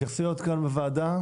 התייחסויות כאן בוועדה?